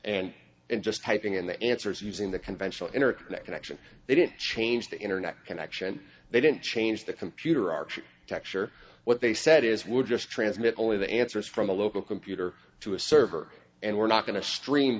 and and just typing in the answers using the conventional interconnect connection they didn't change the internet connection they didn't change the computer arch texture what they said is we're just transmit only the answers from a local computer to a server and we're not going to stream